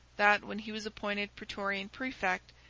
that, when he was appointed praetorian praefect,